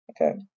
Okay